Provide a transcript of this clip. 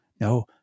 No